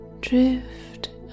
Drift